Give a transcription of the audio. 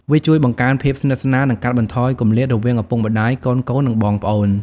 វាជួយបង្កើនភាពស្និទ្ធស្នាល និងកាត់បន្ថយគម្លាតរវាងឪពុកម្ដាយ កូនៗ និងបងប្អូន ។